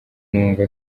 numva